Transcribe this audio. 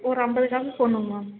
ஒரு ஐம்பது காப்பி போடணுங்க மேம்